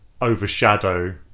overshadow